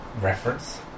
reference